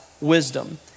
wisdom